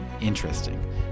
interesting